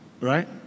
right